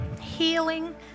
healing